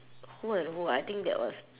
who and who ah I think that was